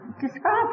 describe